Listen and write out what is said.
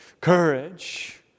Courage